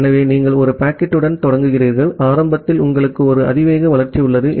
ஆகவே நீங்கள் ஒரு பாக்கெட்டுடன் தொடங்குகிறீர்கள் ஆரம்பத்தில் உங்களுக்கு ஒரு அதிவேக வளர்ச்சி உள்ளது